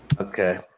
Okay